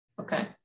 Okay